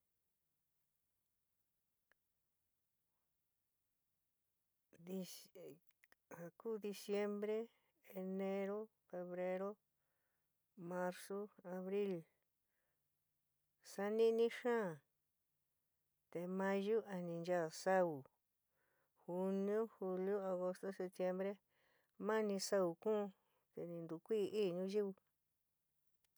Ja kú diciembre, enero, febrero, marzu, abril, sa'a nini xaán te mayú a ni nchaá saú ;juniu, julio, agosto. septiembre mani saú kuún, te ni ntukuí kúti nu yɨú.